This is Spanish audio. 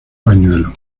pañuelo